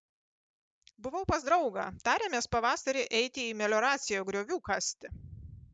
buvau pas draugą tarėmės pavasarį eiti į melioraciją griovių kasti